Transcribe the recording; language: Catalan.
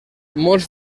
molts